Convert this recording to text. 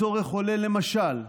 הצורך עולה, למשל,